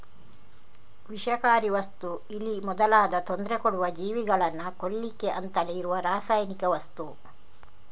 ವಿಷಕಾರಿ ವಸ್ತು ಇಲಿ ಮೊದಲಾದ ತೊಂದ್ರೆ ಕೊಡುವ ಜೀವಿಗಳನ್ನ ಕೊಲ್ಲಿಕ್ಕೆ ಅಂತಲೇ ಇರುವ ರಾಸಾಯನಿಕ ವಸ್ತು